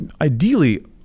ideally